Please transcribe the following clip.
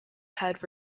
head